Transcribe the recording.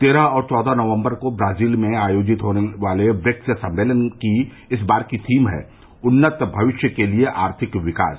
तेरह और चौदह नवम्बर को ब्राजील में आयोजित होने वाले ब्रिक्स सम्मेलन की इस बार की थीम है उन्नत भविष्य के लिए आर्थिक विकास